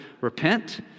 repent